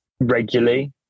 regularly